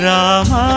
Rama